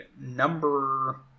number